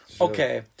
okay